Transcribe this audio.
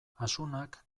asunak